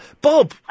Bob